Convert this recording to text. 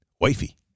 wifey